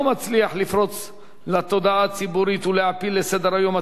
לפרוץ לתודעה הציבורית ולהעפיל לסדר-היום הציבורי,